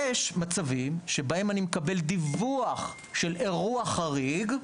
יש מצבים שבהם אני מקבל דיווח של אירוע חריג,